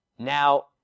Now